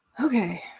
Okay